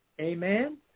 Amen